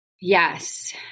Yes